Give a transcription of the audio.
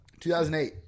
2008